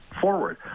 forward